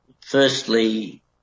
Firstly